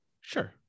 Sure